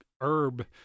herb